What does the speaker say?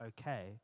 okay